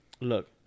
look